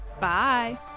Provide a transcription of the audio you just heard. Bye